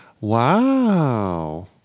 Wow